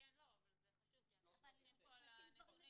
כן, אבל זה חשוב, כי אנחנו מדברים על הנתונים.